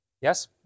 Yes